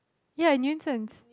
ya nuisance